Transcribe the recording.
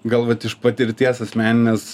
gal vat iš patirties asmeninės